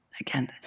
again